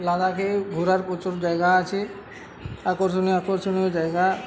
লাদাখে ঘোরার প্রচুর জায়গা আছে আকর্ষণীয় আকর্ষণীয় জায়গা